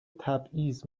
تبعیض